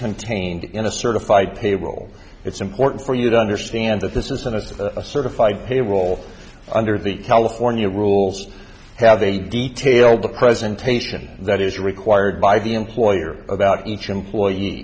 contained in a certified payroll it's important for you to understand that this is one of a certified payroll under the california rules have a detailed presentation that is required by the employer about each employee